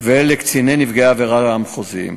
ולקציני נפגעי עבירה המחוזיים.